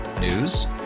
news